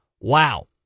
Wow